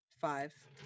five